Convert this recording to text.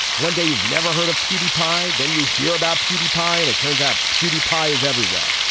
one day you've never heard of beauty pie. then you hear about beauty pie and it turns out beauty pie is everywhere.